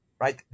right